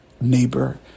neighbor